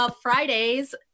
Fridays